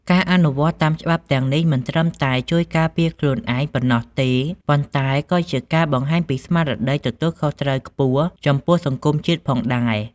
ការអនុវត្តតាមច្បាប់ទាំងនេះមិនត្រឹមតែជួយការពារខ្លួនឯងប៉ុណ្ណោះទេ ប៉ុន្តែក៏ជាការបង្ហាញពីស្មារតីទទួលខុសត្រូវខ្ពស់ចំពោះសង្គមជាតិផងដែរ។